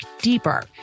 deeper